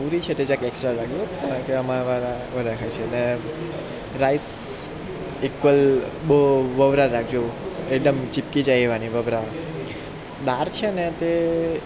પુરી જે છે તે એક્સટ્રા રાખજો કેમકે એમાં થોડા હોય છે ને રાઈસ ઇકવલ બહુ વવરા રાખજો એકદમ ચીપકી જાય એવા નહીં વવારા દાળ છે ને તે